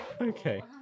Okay